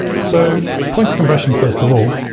so point compression first of all,